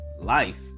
life